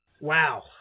Wow